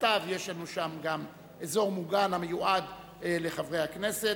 מתחתיו יש אזור מוגן המיועד לחברי הכנסת,